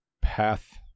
path